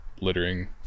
littering